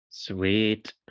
Sweet